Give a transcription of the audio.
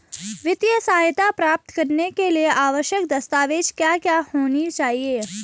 वित्तीय सहायता प्राप्त करने के लिए आवश्यक दस्तावेज क्या क्या होनी चाहिए?